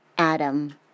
Adam